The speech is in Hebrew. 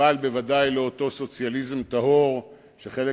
אבל ודאי לא אותו סוציאליזם טהור שחלק